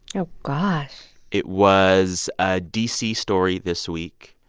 oh, gosh it was a d c. story this week.